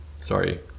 Sorry